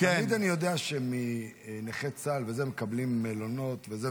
אני יודע שנכי צה"ל מקבלים מלונות.